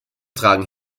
tragen